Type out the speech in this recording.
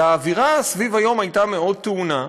אלא האווירה סביב היום הייתה מאוד טעונה,